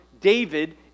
David